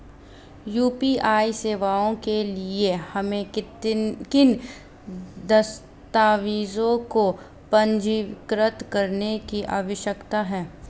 UPI सेवाओं के लिए हमें किन दस्तावेज़ों को पंजीकृत करने की आवश्यकता है?